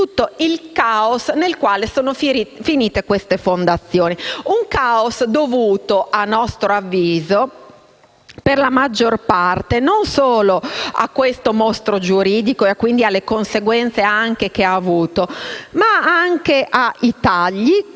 il caos nel quale sono finite queste fondazioni, dovuto, a nostro avviso, per la maggior parte, non solo a questo mostro giuridico, e quindi anche alle conseguenze che ha avuto, ma anche ai tagli,